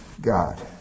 god